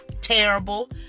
terrible